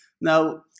Now